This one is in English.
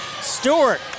Stewart